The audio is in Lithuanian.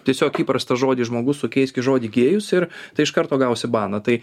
tiesiog įprastą žodį žmogus sukeisk į žodį gėjus ir tai iš karto gausi baną tai